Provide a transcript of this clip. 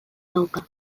dauka